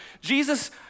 jesus